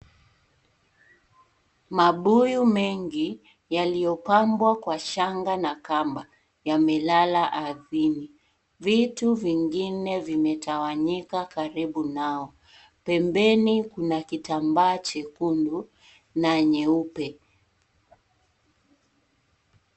Mabuyu mengi yaliyopangwa kwa shanga na kamba yamelala ardhini . Vitu vingine vimetawanyika karibu nao. Pempeni kuna kitambaa jekundu na nyeupe.